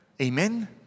Amen